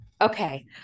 Okay